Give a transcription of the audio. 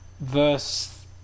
verse